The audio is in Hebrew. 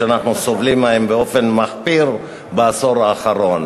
שאנחנו סובלים מהם באופן מחפיר בעשור האחרון.